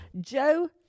Joe